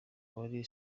wari